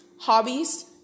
Hobbies